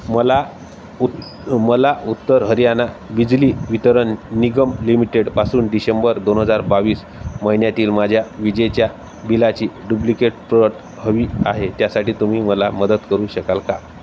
मला उत् मला उत्तर हरियाणा बिजली वितरण निगम लिमिटेडपासून डिशेंबर दोन हजार बावीस महिन्यातील माझ्या विजेच्या बिलाची डुब्लिकेट प्रत हवी आहे त्यासाठी तुम्ही मला मदत करू शकाल का